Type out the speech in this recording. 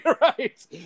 right